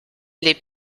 les